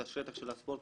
את השטח של הספורט,